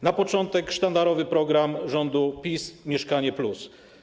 Na początek sztandarowy program rządu PiS „Mieszkanie+”